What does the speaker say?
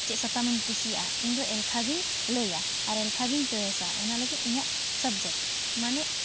ᱪᱮᱫ ᱥᱟᱛᱟᱢᱮᱢ ᱠᱩᱥᱤᱭᱟᱜᱼᱟ ᱤᱧᱫᱚ ᱮᱞᱠᱷᱟ ᱜᱤᱧ ᱞᱟᱹᱭᱟ ᱟᱨ ᱮᱞᱠᱷᱟ ᱜᱤᱧ ᱪᱚᱭᱮᱥᱟ ᱚᱱᱟ ᱞᱟᱹᱜᱤᱫ ᱤᱧᱟᱹᱜ ᱥᱟᱵᱡᱮᱠᱴ ᱢᱟᱱᱮ